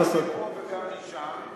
גם מפה וגם משם.